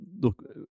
Look